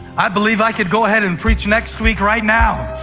i believe i could go ahead and preach next week right now.